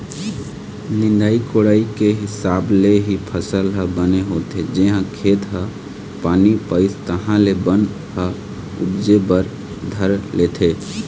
निंदई कोड़ई के हिसाब ले ही फसल ह बने होथे, जिहाँ खेत ह पानी पइस तहाँ ले बन ह उपजे बर धर लेथे